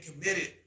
committed